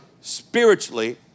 spiritually